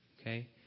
Okay